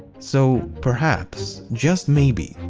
so, perhaps, just maybe,